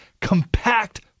compact